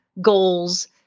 goals